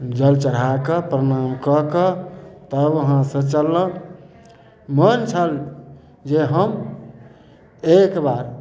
जल चढ़ाकऽ प्रनाम कऽ कऽ तब उहाँ सँ चललहुॅं मन छल जे हम एक बार